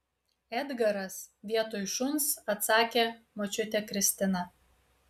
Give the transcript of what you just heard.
edgaras vietoj šuns atsakė močiutė kristina